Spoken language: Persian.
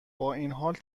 بااینحال